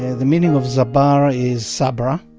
the meaning of sabar is sabra.